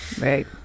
Right